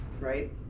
right